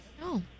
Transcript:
No